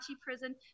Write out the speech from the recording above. prison